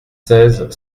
seize